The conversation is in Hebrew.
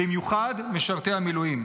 ובמיוחד משרתי המילואים,